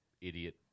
idiot